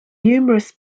numerous